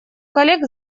коллег